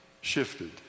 shifted